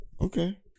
okay